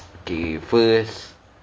okay first